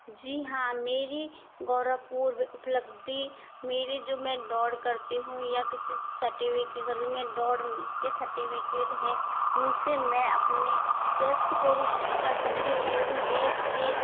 जी हाँ मेरी गौरवपुर्व उपलब्धि मेरी जो मैं दौड़ करती हूँ या किसी सर्टिफिकेट में दौड़ के सर्टिफिकेट हैं इन से मैं अपने स्वस्थ्य को भी ठीक कर सकती हूँ एवं देश के